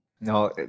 No